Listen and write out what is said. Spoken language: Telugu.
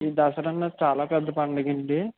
ఈ దసరా అన్నది చాలా పెద్ద పండగండి